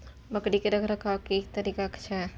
बकरी के रखरखाव के कि तरीका छै?